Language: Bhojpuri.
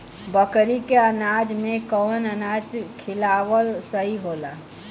बकरी के अनाज में कवन अनाज खियावल सही होला?